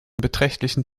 beträchtlichen